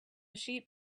sheep